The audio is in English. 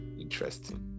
interesting